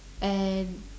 and